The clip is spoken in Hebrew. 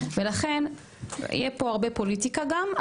ולכן יהיה פה הרבה פוליטיקה גם,